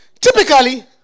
typically